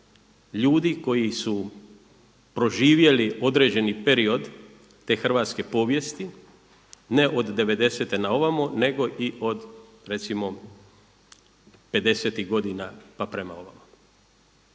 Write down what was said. ljudi koji su proživjeli određeni period te hrvatske povijesti, ne od '90.-te na ovamo nego i od recimo 50.-tih godina pa prema ovamo.